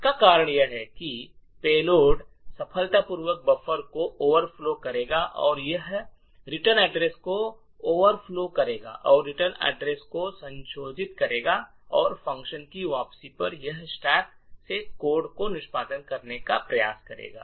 इसका कारण यह है कि यह पेलोड सफलतापूर्वक बफर को ओवरफ्लो करेगा और यह रिटर्न एड्रेस को ओवरफ्लो करेगा और रिटर्न एड्रेस को संशोधित करेगा और फ़ंक्शन की वापसी पर यह स्टैक से कोड निष्पादित करने का प्रयास करेगा